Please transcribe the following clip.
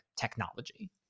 technology